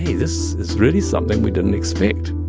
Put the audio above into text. this is really something we didn't expect.